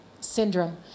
syndrome